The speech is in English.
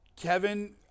Kevin